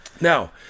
Now